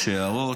יש הערות,